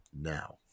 now